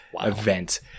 Event